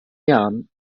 jahren